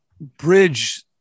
bridge